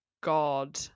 God